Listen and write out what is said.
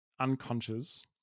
unconscious